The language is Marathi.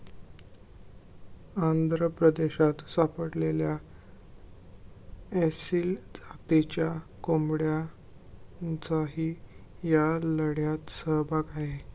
आंध्र प्रदेशात सापडलेल्या एसील जातीच्या कोंबड्यांचाही या लढ्यात सहभाग आहे